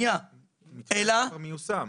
המתווה הזה כבר מיושם.